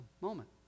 moment